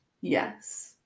Yes